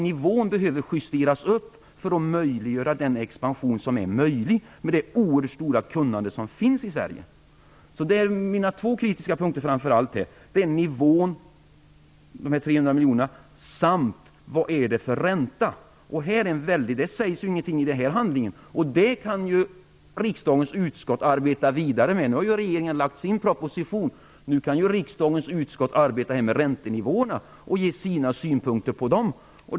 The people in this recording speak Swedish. Nivån behöver justeras upp för att möjliggöra den expansion som är möjlig med tanke på det oerhört stora kunnande som finns i Sverige. Jag är framför allt kritisk på två punkter. Det gäller nivån - de 300 miljonerna - samt räntan. Den sägs det ingenting om i handlingen. Den frågan kan riksdagens utskott arbeta vidare med. Regeringen har lagt fram sin proposition. Nu kan riksdagens utskott arbeta med frågan om räntenivåerna och ge sina synpunkter på dem.